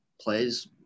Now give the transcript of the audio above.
plays